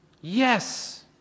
Yes